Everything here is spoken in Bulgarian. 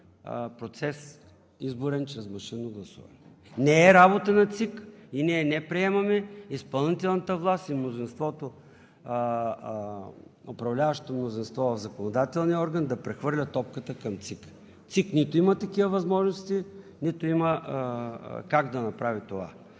процес чрез машинно гласуване. Не е работа на Централната избирателна комисия и ние не приемаме изпълнителната власт и управляващото мнозинство в законодателния орган да прехвърля топката към ЦИК. ЦИК нито има такива възможности, нито има как да направи това.